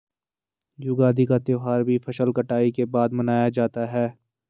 युगादि का त्यौहार भी फसल कटाई के बाद मनाया जाता है